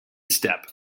step